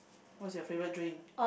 what's your favourite drink